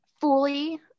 fully